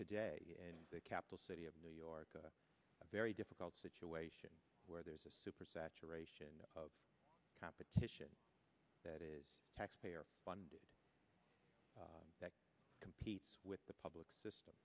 today in the capital city of new york a very difficult situation where there's a super saturation of competition that is taxpayer funded that competes with the public system